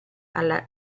alla